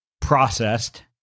processed